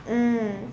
mm